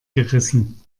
gerissen